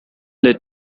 let